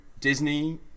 Disney